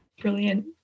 brilliant